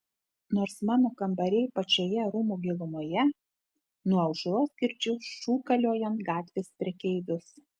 nors mano kambariai pačioje rūmų gilumoje nuo aušros girdžiu šūkaliojant gatvės prekeivius